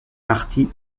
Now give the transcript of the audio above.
marty